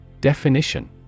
Definition